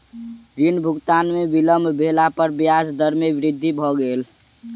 ऋण भुगतान में विलम्ब भेला पर ब्याज दर में वृद्धि भ गेल